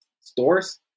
stores